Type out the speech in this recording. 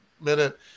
minute